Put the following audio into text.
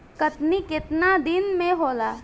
कटनी केतना दिन मे होला?